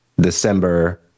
December